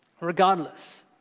Regardless